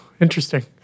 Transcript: interesting